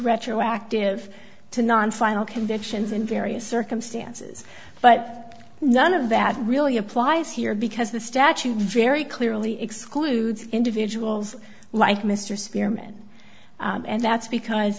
retroactive to non final convictions in various circumstances but none of that really applies here because the statute very clearly excludes individuals like mr spearman and that's because